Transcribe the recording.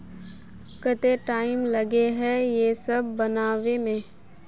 केते टाइम लगे है ये सब बनावे में?